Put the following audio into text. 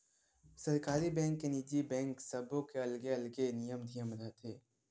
सरकारी बेंक, निजी बेंक सबो के अलगे अलगे नियम धियम रथे